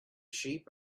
sheep